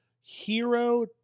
Hero